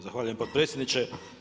Zahvaljujem potpredsjedniče.